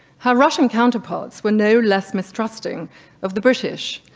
her russian counterparts were no less mistrusting of the british.